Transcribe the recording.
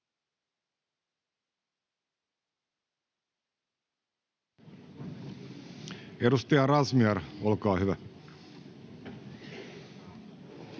Edustaja Razmyar, olkaa hyvä.